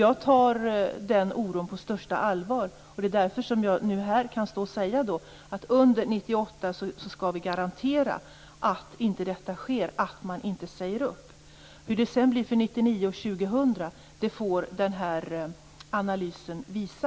Jag tar den oron på största allvar, och det är därför som jag nu här kan säga att vi under 1998 skall garantera att det inte blir uppsägningar. Hur det sedan blir för 1999 och 2000 får den här analysen visa.